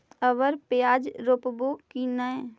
अबर प्याज रोप्बो की नय?